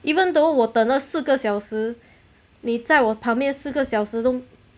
even though 我等了四个小时你在我旁边四个小时时都